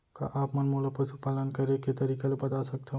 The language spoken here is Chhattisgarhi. का आप मन मोला पशुपालन करे के तरीका ल बता सकथव?